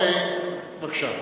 בבקשה.